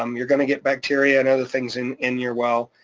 um you're gonna get bacteria and other things in in your well,